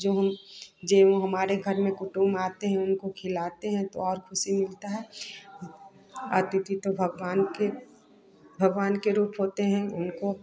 जो हम जे वह हमारे घर में कुटुंब आते हैं उनको खिलाते हैं तो और ख़ुशी मिलती है अतिथि तो भगवान के भगवान के रूप होते हैं उनको